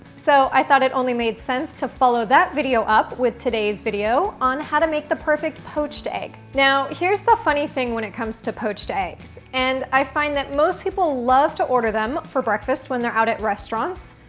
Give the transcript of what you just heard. so i thought it only made sense to follow that video up with today's video on how to make the perfect poached egg. now, here's the funny thing when it comes to poached eggs and i find that most people love to order them for breakfast when they're out at restaurants,